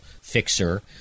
fixer